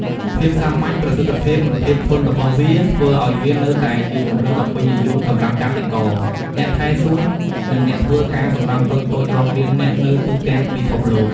ភាពសាមញ្ញ ប្រសិទ្ធភាព និងភាពធន់របស់វា ធ្វើឱ្យវានៅតែជាជម្រើសដ៏ពេញនិយមសម្រាប់កសិករ អ្នកថែសួន និងអ្នកធ្វើការសំណង់តូចៗរាប់លាននាក់នៅទូទាំងពិភពលោក។